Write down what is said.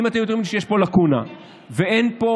אם הייתם אומרים לי שיש פה לקונה ואין פה